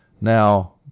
Now